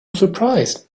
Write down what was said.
surprised